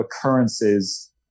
occurrences